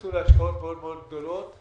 נכנסו להשקעות מאוד גדולות.